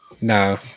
No